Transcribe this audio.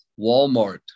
Walmart